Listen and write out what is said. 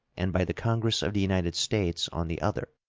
and by the congress of the united states on the other.